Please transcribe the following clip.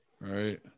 Right